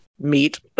meat